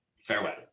Farewell